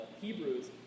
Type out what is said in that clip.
Hebrews